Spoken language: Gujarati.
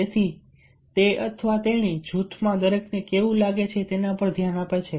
તેથી તે અથવા તેણી જૂથમાં દરેકને કેવું લાગે છે તેના પર ધ્યાન આપે છે